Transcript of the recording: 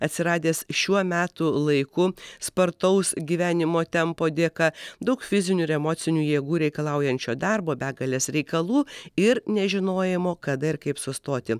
atsiradęs šiuo metų laiku spartaus gyvenimo tempo dėka daug fizinių ir emocinių jėgų reikalaujančio darbo begalės reikalų ir nežinojimo kada ir kaip sustoti